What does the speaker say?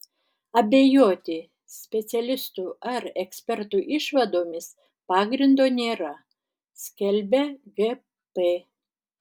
abejoti specialistų ar ekspertų išvadomis pagrindo nėra skelbia gp